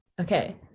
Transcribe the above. okay